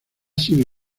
sido